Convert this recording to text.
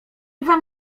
wam